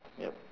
yup